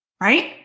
right